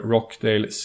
Rockdale